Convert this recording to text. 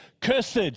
Cursed